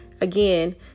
again